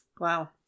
Wow